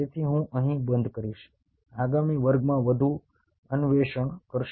તેથી હું અહીં બંધ કરીશ આગામી વર્ગ વધુ અન્વેષણ કરશે